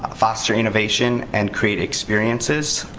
ah foster innovation, and create experiences.